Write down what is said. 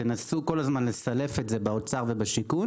תנסו כל הזמן לסלף את זה באוצר ובשיכון